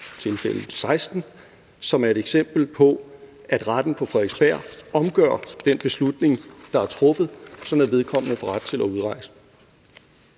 tilfælde 16, som er et eksempel på, at Retten på Frederiksberg omgør den beslutning, der er truffet, sådan at vedkommende får ret til at udrejse.